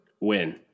Win